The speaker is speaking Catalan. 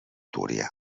túria